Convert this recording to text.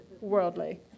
worldly